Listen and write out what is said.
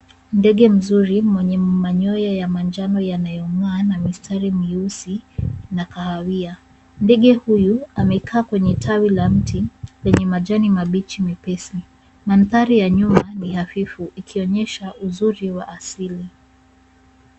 Ndege mzuri mwenye manyoya ya manjano yanayong'aa na mistari meusi na kahawia. Ndege huyu amekaa kwenye tawi la mti kwenye majani mabichi mepesi. Mandhari ya nyuma ni hafifu ikionyesha uzuri wa asili.